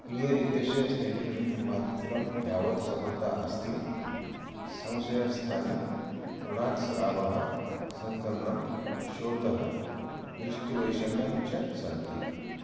clear इत्यस्य ninety percent मात्रं यावत् सफलता अस्ति संशयस्थानि व्रणात् स्रावः संक्रमणं शोथः दृष्टिवैषम्यं च सन्ति